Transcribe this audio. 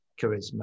charisma